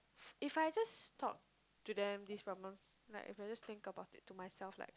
if I just talk to them this like if I just think about it to myself like